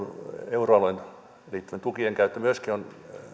euroalueeseen liittyvien tukien käyttö myöskin on hyvin ajankohtaista että nordea on